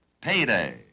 Payday